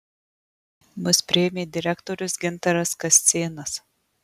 mus priėmė direktorius gintaras kascėnas